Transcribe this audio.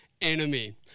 Enemy